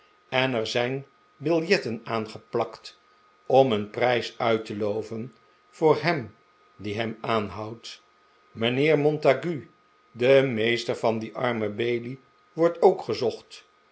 en er zijn biljetten aangeplakt om een prijs uit te loven voor hem die hem aanhoudt mijnheer montague de meester van dien armen bailey wordt ook gezocht